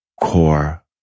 core